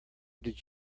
did